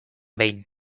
behin